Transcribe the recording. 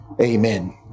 Amen